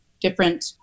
different